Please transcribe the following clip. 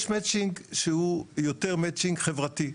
יש מצ'ינג שהוא יותר מצ'ינג חברתי,